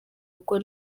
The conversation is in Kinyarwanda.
kuko